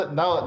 now